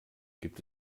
gibt